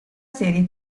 serie